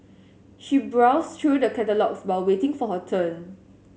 she browsed through the catalogues while waiting for her turn